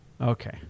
Okay